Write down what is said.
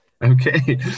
Okay